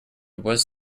was